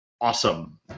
awesome